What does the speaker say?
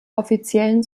offiziellen